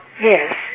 yes